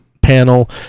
panel